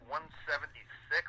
176